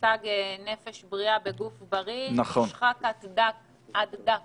המושג "נפש בריאה בגוף בריא" נשחק עד דק